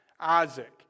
Isaac